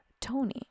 Tony